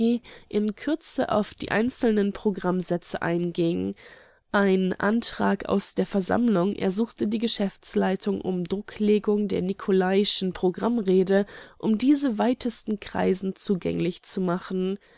in kürze auf die einzelnen programmsätze einging ein antrag aus der versammlung ersuchte die geschäftsleitung um drucklegung der nicolaischen programmrede um diese weitesten kreisen zugänglich zu machen